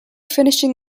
finishing